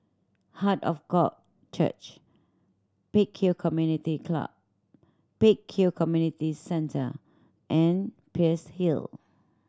Heart of God Church Pek Kio Community Club Pek Kio Community Centre and Peirce Hill